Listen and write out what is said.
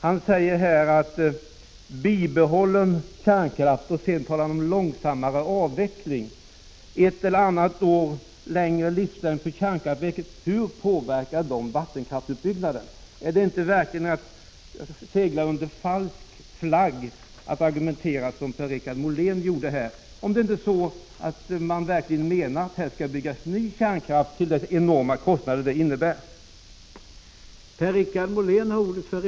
Han talade först om bibehållen kärnkraft och sedan om en långsammare avveckling av kärnkraften. Hur påverkas vattenkraftsutbyggnaden av att kärnkraftsverkens livslängd ökas med ett eller annat år? Är det inte att segla under falsk flagg att argumentera som Per-Richard Molén gjorde, om han inte menar att här skall byggas nya kärnkraftverk till de enorma kostnader det innebär?